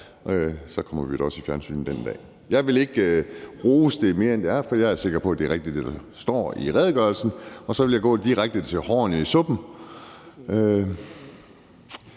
Så kommer vi da også i fjernsynet den dag. Jeg vil ikke rose det mere end for det, det er, for jeg er sikker på, at det, der står i redegørelsen, er rigtigt. Og så vil jeg gå direkte til hårene i suppen.